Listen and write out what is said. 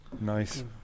nice